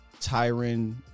Tyron